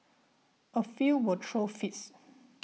a few will throw fits